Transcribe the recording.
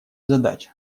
задача